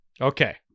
Okay